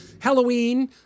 Halloween